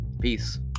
Peace